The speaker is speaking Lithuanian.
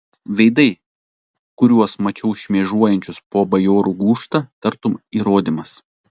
veidai kuriuos mačiau šmėžuojančius po bajorų gūžtą tartum įrodymas